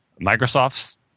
Microsoft's